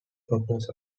purposes